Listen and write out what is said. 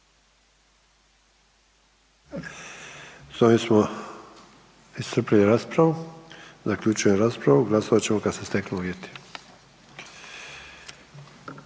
S ovim smo iscrpili raspravu. Zaključujem raspravu, glasovat ćemo kad se steknu uvjeti.